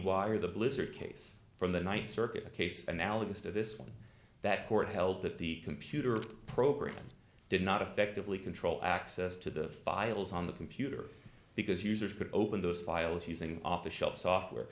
wire the blizzard case from the th circuit a case analogous to this one that court held that the computer programs did not effectively control access to the files on the computer because users could open those files using off the shelf software